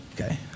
Okay